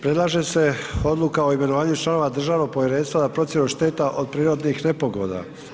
Predlaže se odluka o imenovanju članova Državnog povjerenstva za procjenu šteta od prirodnih nepogoda.